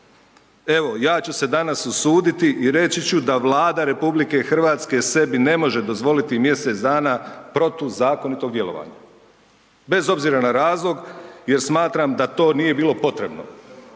Evo, ja ću se danas usuditi i reći ću da Vlada RH sebi ne može dozvoliti mjesec dana protuzakonitog djelovanja bez obzira na razlog jer smatram da to nije bilo potrebno.